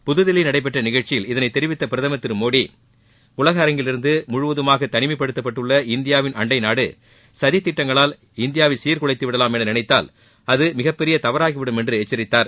புதுதில்லியில் நடைபெற்ற நிகழக்சியில் இதனை தெரிவித்த பிரதமர் திரு மோடி உலக அரங்கிலிருந்து முழுவதுமாக தனிமைப்பட்டுள்ள இந்தியாவின் அண்டைநாடு சதித்திட்டங்களால் இந்தியாவை சீர்குலைத்து விடலாம் என்று நினைத்தால் அது மிகப்பெரிய தவறாகி விடும் என்று எச்சரித்தார்